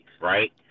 right